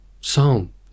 Psalm